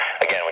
Again